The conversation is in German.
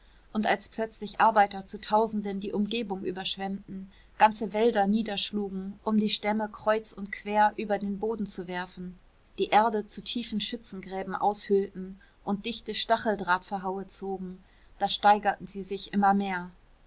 und als plötzlich arbeiter zu tausenden die umgebung überschwemmten ganze wälder niederschlugen um die stämme die kreuz und die quer über den boden zu werfen die erde zu tiefen schützengräben aushöhlten und dichte stacheldrahtverhaue zogen da steigerten sie sich immer mehr